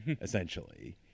essentially